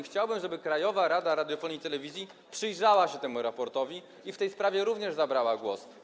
Chciałbym, że Krajowa Rada Radiofonii i Telewizji przyjrzała się temu raportowi i w tej sprawie również zabrała głos.